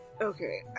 Okay